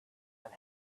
and